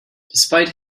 despite